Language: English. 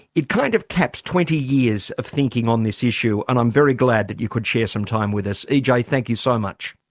it kind of caps twenty years of thinking on this issue and i'm very glad that you could share some time with us. ej thank you so much.